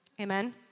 Amen